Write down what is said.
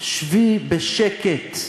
שבי בשקט.